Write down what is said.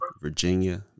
Virginia